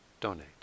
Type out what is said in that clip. donate